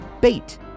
Bait